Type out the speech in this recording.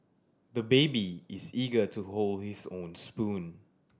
the baby is eager to hold his own spoon